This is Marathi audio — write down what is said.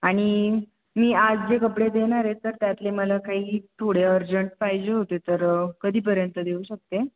आणि मी आज जे कपडे देनार आहे तर त्यातले मला काही थोडे अर्जंट पाहिजे होते तर कधीपर्यंत देऊ शकते